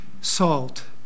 salt